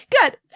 Good